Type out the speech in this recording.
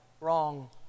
wrong